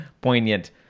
poignant